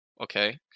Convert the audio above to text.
okay